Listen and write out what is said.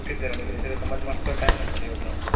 okay sir आमी थंयसर येता मात मातसो टायम लागतलो येवपाक